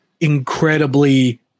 incredibly